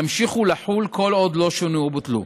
ימשיכו לחול כל עוד לא שונו או בוטלו.